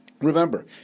remember